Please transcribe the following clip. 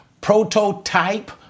prototype